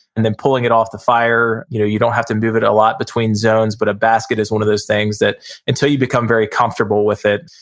and then pulling it off the fire. you know you don't have to move it a lot between zones, but a basket is one of those things that until you become very comfortable with it,